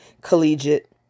collegiate